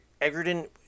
Egerton